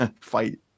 Fight